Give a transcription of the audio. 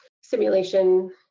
simulation